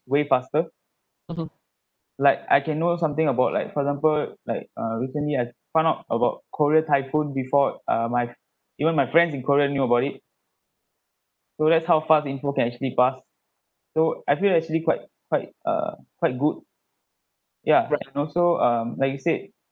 way faster like I can know something about like for example like uh recently I found out about korea typhoon before uh my even my friends in korea knew about it so that's how fast info can actually pass so I feel actually quite quite err quite good ya right and also um like you said